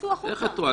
איך את רואה?